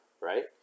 right